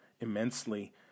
immensely